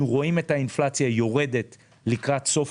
אנחנו רואים את האינפלציה יורדת לקראת סוף